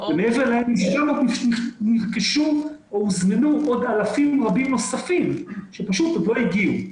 ומעבר להם נרכשו או הוזמנו עוד אלפים רבים נוספים שפשוט עוד לא הגיעו.